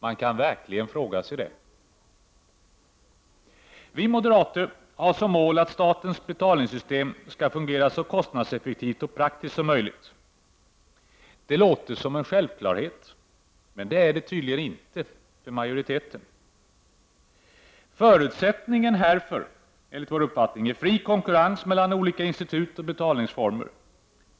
Man kan verkligen fråga sig det. Vi moderater har som mål att statens betalningssystem skall fungera så kostnadseffektivt och praktiskt som möjligt. Det låter som en självklarhet, men det är det tydligen inte för majoriteten. Förutsättningen härför är, enligt vår uppfattning, fri konkurrens mellan olika institut och betalningsformer.